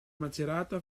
macerata